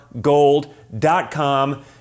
gold.com